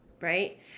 right